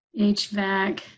HVAC